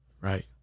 Right